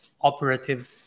operative